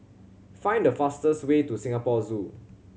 find the fastest way to Singapore Zoo